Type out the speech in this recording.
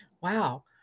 wow